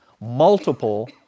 multiple